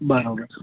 બરાબર